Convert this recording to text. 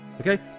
Okay